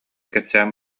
кэпсээн